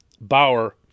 Bauer